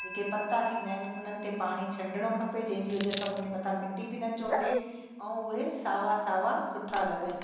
जेके पता थींदा आहिनि उन्हनि ते पाणी छंडिणो खपे जंहिंजी वज़ह सां उन्हनि मथां मिट्टी बि न चोटे ऐं उहे सावा सावा सुठा लॻन